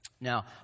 Now